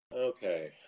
Okay